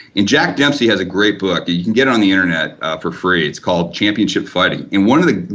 and jack dempsey has a great book, and you can get it on the internet for free. it's called championship fighting and one of the